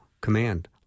command